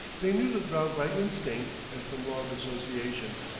they knew the ground by instinct and from long association.